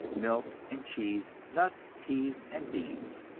milk and cheese, nuts, peas and beans.